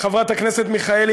חברת הכנסת מיכאלי,